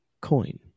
coin